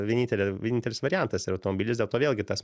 vienintelė vienintelis variantas yra automobilis dėl to vėlgi tas